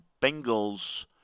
Bengals